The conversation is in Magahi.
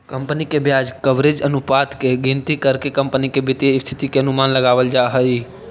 कंपनी के ब्याज कवरेज अनुपात के गिनती करके कंपनी के वित्तीय स्थिति के अनुमान लगावल जा हई